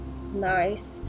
Nice